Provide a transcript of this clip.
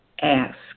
Ask